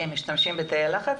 כי הם משתמשים בתאי הלחץ?